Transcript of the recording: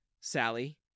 Sally